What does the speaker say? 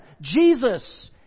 Jesus